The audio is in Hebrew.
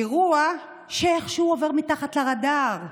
אירוע שאיכשהו עובר מתחת לרדאר,